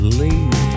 leave